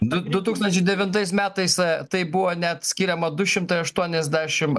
du du tūkstančiai devintais metais a tai buvo neatskiriama du šimtai aštuoniasdešimt